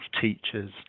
teachers